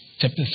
chapter